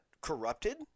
corrupted